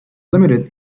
limited